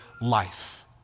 life